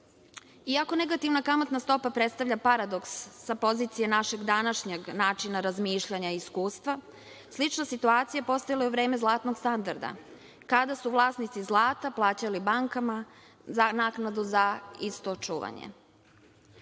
negativna kamatna stopa predstavlja paradoks sa pozicije našeg današnjeg načina razmišljanja i iskustva, slična situacija postojala je i u vreme „zlatnog standarda“, kada su vlasnici zlata plaćali bankama naknadu za čuvanje. Euribor,